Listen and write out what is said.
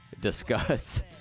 Discuss